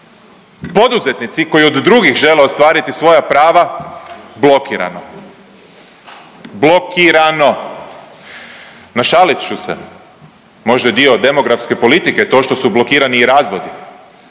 Poduzetnici koji od drugih žele ostvariti svoja prava, blokirano, blokirano. Našalit ću se, možda je dio demografske politike to što su blokirani i razvodi,